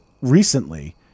recently